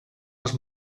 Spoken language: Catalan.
les